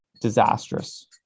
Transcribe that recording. disastrous